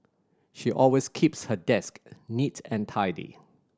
she always keeps her desk neat and tidy